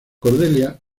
cordelia